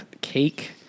Cake